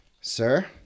Sir